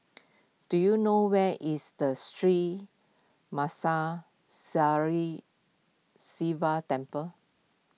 do you know where is the Sri Sivan Temple